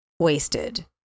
Wasted